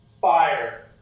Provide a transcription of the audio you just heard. fire